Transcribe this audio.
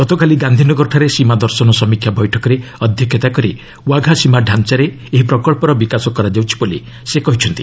ଗତକାଲି ଗାନ୍ଧୀନଗରଠାରେ ସୀମାଦର୍ଶନ ସମୀକ୍ଷା ବୈଠକରେ ଅଧ୍ୟକ୍ଷତା କରି ୱାଘା ସୀମା ଢ଼ାଞ୍ଚାରେ ଏହି ପ୍ରକଳ୍ପର ବିକାଶ କରାଯାଇଛି ବୋଲି ସେ କହିଛନ୍ତି